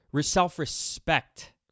self-respect